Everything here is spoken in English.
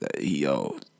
yo